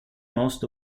most